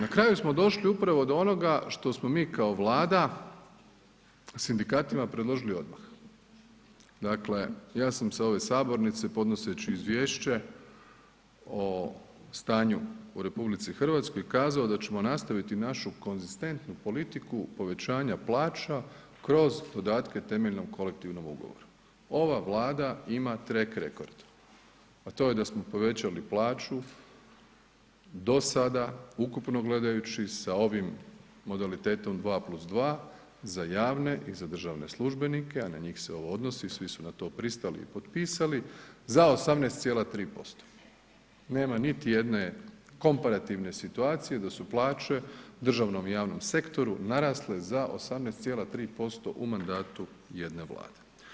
Na kraju smo došli upravo do onoga što smo mi kao Vlada sindikatima predložili odmah, dakle ja sam sa ove sabornice podnoseći Izvješće o stanju u RH kazao da ćemo nastaviti našu konzistentnu politiku povećanja plaća kroz dodatke temeljnom kolektivnom ugovoru, ova Vlada ima trek rekord, a to je da smo povećali plaću do sada ukupno gledajući sa ovim modalitetom 2+2 za javne i za državne službenike, a na njih se ovo odnosi, svi su na to pristali i potpisali, za 18,3%, nema niti jedne komparativne situacije da su plaće državnom i javnom sektoru narasle za 18,3% u mandatu jedne Vlade.